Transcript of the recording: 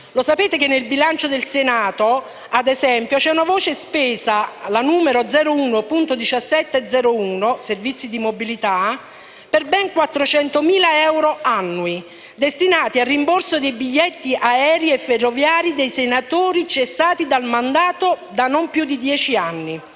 Sapete che nel bilancio del Senato - ad esempio - c'è una voce di spesa, la 01.17.01 (Servizi di mobilità), per ben 400.000 euro annui, destinati al rimborso dei biglietti aerei e ferroviari dei senatori cessati dal mandato da non più di dieci anni?